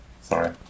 Sorry